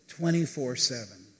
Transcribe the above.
24-7